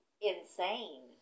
insane